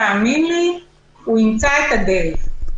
תאמין לי שהוא ימצא את הדרך.